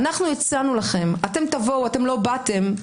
הצענו לכם תבואו, אתם לא באתם,